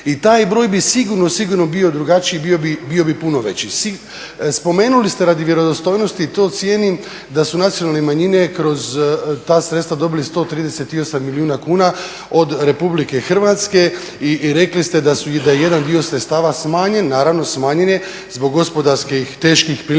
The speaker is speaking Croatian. I taj broj bi sigurno, sigurno bio drugačiji, bio bi puno veći. Spomenuli ste radi vjerodostojnosti i to cijenim da su nacionalne manjine kroz ta sredstva dobili 138 milijuna kuna od Republike Hrvatske i rekli ste da je jedan dio sredstava smanjen, naravno smanjen je zbog gospodarskih teških prilika